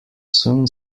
soon